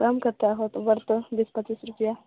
कम कतेक होएत बड़ तऽ बीस पचीस रुपिआ